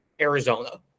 Arizona